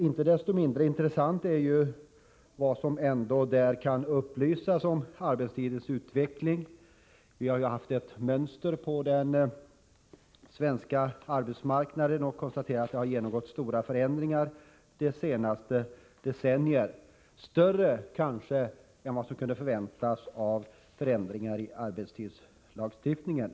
Inte desto mindre är det — Arbetstid och ledigintressant vilka upplysningar om arbetstidens utveckling som där lämnas. het Vi har haft ett mönster på den svenska arbetsmarknaden. Det kan konstateras att detta har genomgått stora förändringar under det senaste decenniet — kanske större än vad som kunde förväntas med anledning av förändringar i arbetstidslagstiftningen.